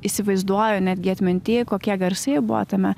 įsivaizduoju netgi atminty kokie garsai buvo tame